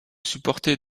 supporter